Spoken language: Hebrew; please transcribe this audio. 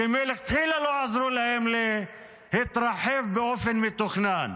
שמלכתחילה לא עזרו להם להתרחב באופן מתוכנן,